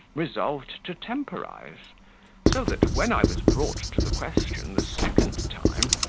resolved to temporize so that, when i was brought to the question the second time,